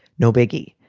no biggie.